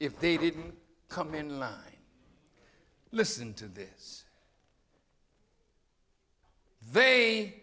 if they didn't come in line listen to this they